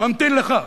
ממתין לך.